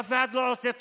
אף אחד לא עושה טובה.